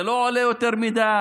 זה לא עולה יותר מדי,